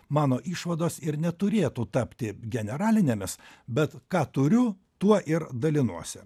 mano išvados ir neturėtų tapti generalinėmis bet ką turiu tuo ir dalinuosi